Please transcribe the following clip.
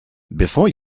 before